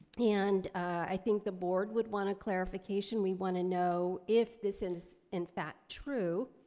and i think the board would want a clarification. we want to know if this is in fact true